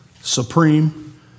supreme